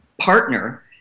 partner